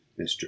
mr